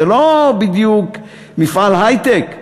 זה לא בדיוק מפעל היי-טק,